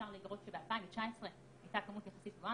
אפשר לראות שב-2019 הייתה כמות יחסית גבוהה,